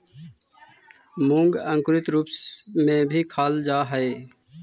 मूंग अंकुरित रूप में भी खाल जा हइ